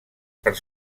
per